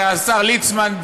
הרי השר ליצמן,